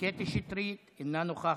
קטי שטרית אינה נוכחת.